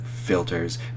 filters